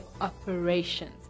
operations